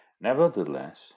Nevertheless